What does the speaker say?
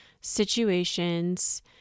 situations